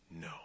no